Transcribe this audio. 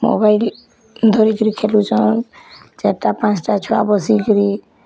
mobile ଧରିକି ଖେଲୁଛନ୍ ଚାର୍ଟା ପାଞ୍ଚ୍ଟା ଛୁଆ ବସିକିରି